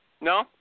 No